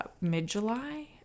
mid-July